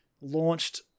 launched